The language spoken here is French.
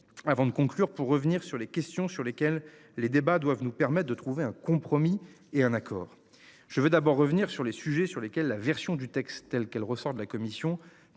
Avant de conclure pour revenir sur les questions sur lesquelles les débats doivent nous permettent de trouver un compromis et un accord, je veux d'abord revenir sur les sujets sur lesquels la version du texte telle qu'elle ressort de la commission